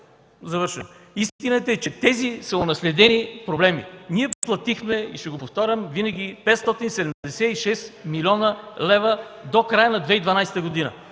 Истината е, че тези са унаследени проблеми. Ние платихме, и ще го повтарям винаги, 576 млн. лв. до края на 2012 г.